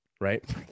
right